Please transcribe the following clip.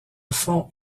fonds